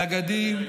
נגדים,